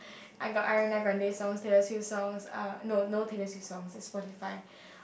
I got Ariana-Grande songs Taylor-Swift songs ah no no Taylor-Swift songs is Spotify